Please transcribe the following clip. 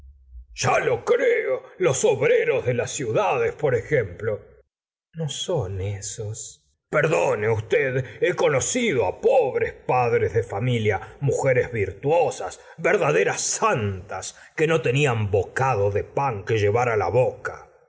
ya lo creo los obreros de las ciudades por ejemplo no son esos perdone usted he conocido pobres padres de familia mujeres virtuosas verdaderas santas que no tenían bocado de pan que llevar la boca